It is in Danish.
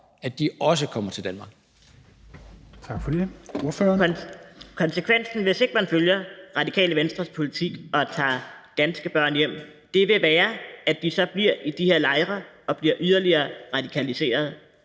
også kommer til Danmark.